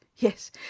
Yes